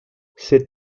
ces